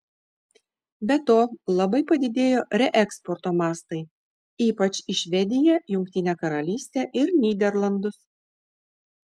be to labai padidėjo reeksporto mastai ypač į švediją jungtinę karalystę ir nyderlandus